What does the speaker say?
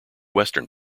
western